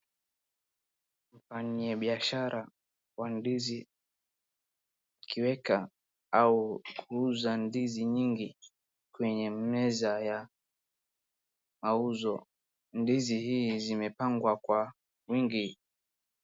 Wafanyibiashara wa ndizi wakiweka au kuuza ndizi nyingi kwenye meza ya mauzo. Ndizi hii zimepangwa kwa wingi.